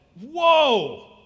whoa